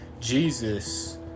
Jesus